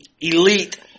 elite